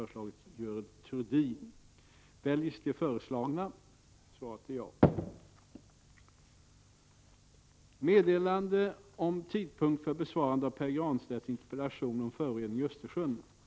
2 Statsrådet INGVAR CARLSSON: Herr talman!